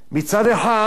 מצד אחד,